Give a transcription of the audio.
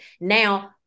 Now